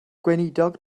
gweinidog